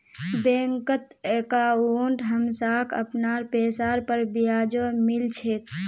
बैंकत अंकाउट हमसाक अपनार पैसार पर ब्याजो मिल छेक